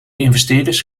investeerders